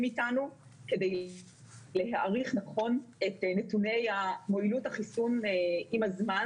אתנו כדי להעריך נכון את נתוני מועילות החיסון עם הזמן.